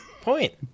point